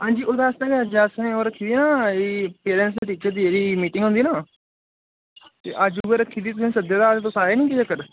हांजी ओह्दे आस्ते के अज्ज असें रक्खी दी ऐ ना पेरेंट्स टीचर दी जेह्ड़ी मीटिंग हुंदी ना ते अज्ज उऐ रक्खी दी तुसेंगी सद्दे दा तुस आए नी केह् चक्कर